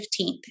15th